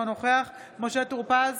אינו נוכח משה טור פז,